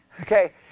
Okay